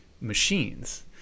machines